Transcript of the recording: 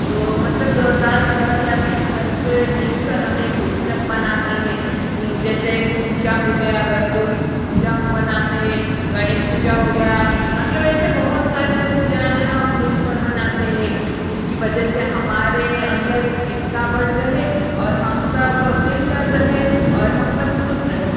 दो मतलब दस घर या बीस घर के मिलकर हम एक उत्सव बनाते है जैसे कि पूजा हो गया गणगौरी की पूजा हम बनाते है गणेश पूजा हो गया मतलब ऐसे बहुत सारे जो पूजाऍं हैं हम मिलकर बनाते है जिसकी वजह से हमारे अंदर एक एकता बढ़ रहे और हम सब मिलकर रहे और हम सब खुश रहे